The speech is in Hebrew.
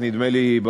נדמה לי,